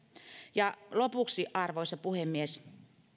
lopuksi arvoisa puhemies